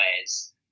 ways